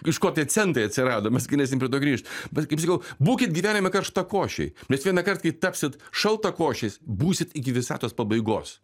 iš ko tie centai atsirado mes galėsim prie to grįžt bet kaip sakau būkit gyvenime karštakošiai nes vieną kart kai tapsit šaltakošiais būsit iki visatos pabaigos